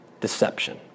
deception